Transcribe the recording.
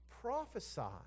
prophesied